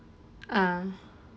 uh